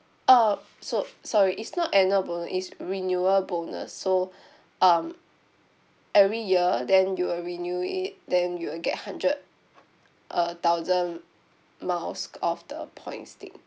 uh so sorry it's not annual bonus it's renewal bonus so um every year then you will renew it then you will get hundred uh thousand miles of the points thing